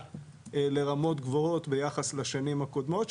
לרמות גבוהות ביחס לשנים הקודמות,